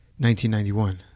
1991